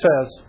says